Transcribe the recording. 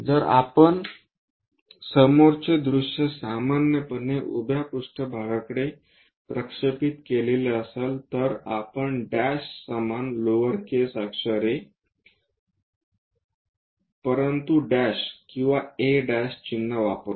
जर आपण समोरचे दृश्य सामान्यपणे उभ्या पृष्ठभागाकडे प्रक्षेपित केलेले असेल तर आपण डॅश समान लोअर केस अक्षरे ए परंतु डॅश किंवा a चिन्ह वापरा